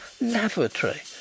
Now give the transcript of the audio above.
lavatory